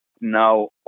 now